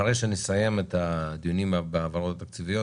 אחרי שנסיים את הדיון בהעברות התקציביות,